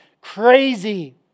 crazy